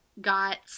got